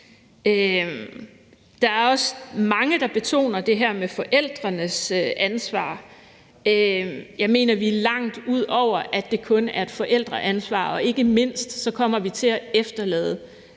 Der er også mange, der betoner det her med forældrenes ansvar. Jeg mener, at vi er langt ude over, at det kun er et forældreansvar, og ikke mindst kommer vi til at efterlade